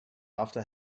after